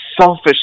selfish